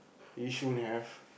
Yishun have